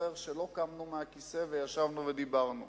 זוכר שלא קמנו מהכיסא וישבנו ודיברנו